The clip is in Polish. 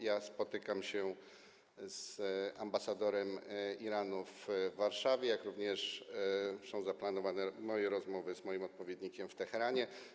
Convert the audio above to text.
Ja spotykam się z ambasadorem Iranu w Warszawie, jak również są zaplanowane moje rozmowy z moim odpowiednikiem w Teheranie.